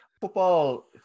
football